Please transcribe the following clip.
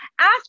ask